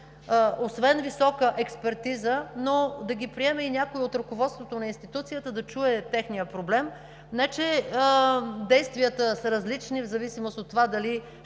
освен висока експертиза, но да ги приеме и някой от ръководството на институцията, да чуе техния проблем. Не че действията са различни в зависимост от това дали